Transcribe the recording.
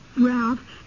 Ralph